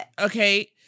Okay